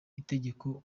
itegeko